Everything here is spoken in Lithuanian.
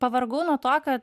pavargau nuo to kad